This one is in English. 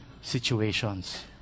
situations